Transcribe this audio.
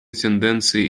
тенденций